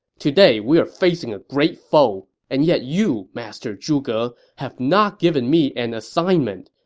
today, we are facing a great foe, and yet you, master zhuge, have not given me an assignment.